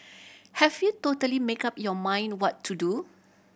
have we totally make up your mind what to do